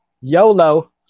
YOLO